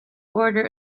order